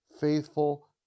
faithful